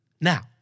Now